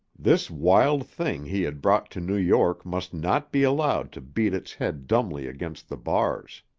this wild thing he had brought to new york must not be allowed to beat its head dumbly against the bars.